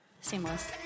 Seamless